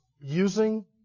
using